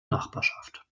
nachbarschaft